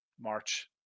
March